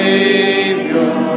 Savior